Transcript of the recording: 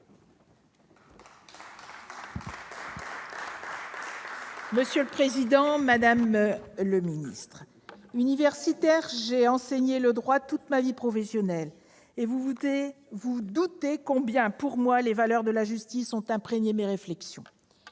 Monsieur le président, madame le ministre, universitaire, j'ai enseigné le droit toute ma vie professionnelle. Vous pouvez deviner combien les valeurs de la justice ont imprégné mes réflexions.